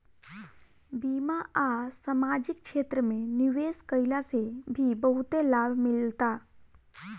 बीमा आ समाजिक क्षेत्र में निवेश कईला से भी बहुते लाभ मिलता